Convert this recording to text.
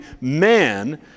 man